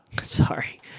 Sorry